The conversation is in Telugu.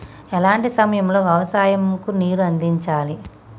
ఎలాంటి సమయం లో వ్యవసాయము కు నీరు అందించాలి?